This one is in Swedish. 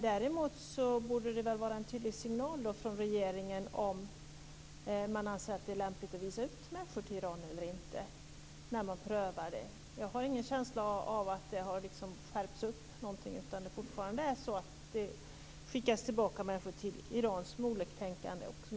Däremot borde regeringen ge en tydlig signal om ifall man anser att det är lämpligt att utvisa människor till Iran eller inte. Jag har ingen känsla av att det hela har skärpts upp på något sätt. Det skickas fortfarande tillbaka människor till Iran som är oliktänkande.